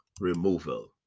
removal